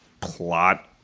plot